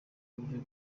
uburyo